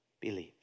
believe